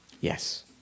Yes